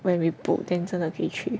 when we book then 真的可以去